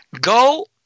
go